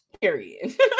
Period